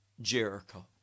jericho